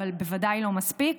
אבל בוודאי לא מספיק.